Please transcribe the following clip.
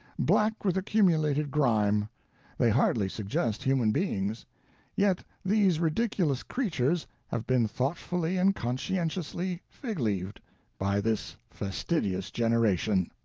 black with accumulated grime they hardly suggest human beings yet these ridiculous creatures have been thoughtfully and conscientiously fig-leaved by this fastidious generation.